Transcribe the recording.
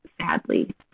sadly